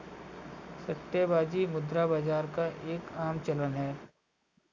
सट्टेबाजी मुद्रा बाजार का एक आम चलन है